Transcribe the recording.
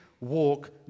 walk